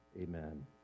Amen